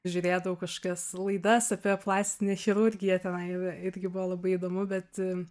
žiūrėdavau kažkokias laidas apie plastinę chirurgiją tenai irgi buvo labai įdomu bet